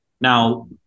Now